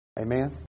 Amen